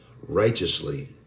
righteously